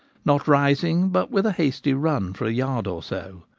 not rising, but with a hasty run for a yard or so.